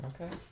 Okay